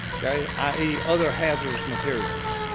okay? i e, other hazardous materials.